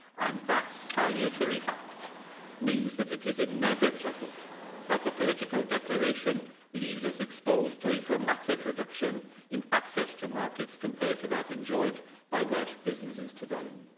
um that salutary fact means that it is inevitable that the political declaration leaves us exposed to a dramatic reduction in access to markets compared to that enjoyed by welsh businesses today.